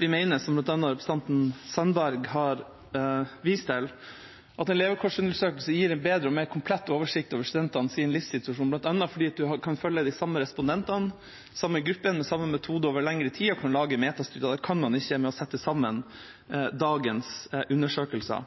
Vi mener, som bl.a. representanten Sandberg har vist til, at en levekårsundersøkelse gir en bedre og mer komplett oversikt over studentenes livssituasjon, bl.a. fordi man kan følge de samme respondentene, de samme gruppene, med samme metode over lengre tid og kan lage metastudier av det. Det kan man ikke ved å sette sammen dagens undersøkelser.